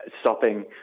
Stopping